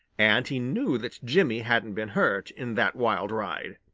and he knew that jimmy hadn't been hurt in that wild ride.